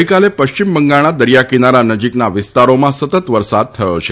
ગઈકાલે પશ્ચિમ બંગાળના દરિયાકિનારા નજીકના વિસ્તારોમાં સતત વરસાદ થયો છે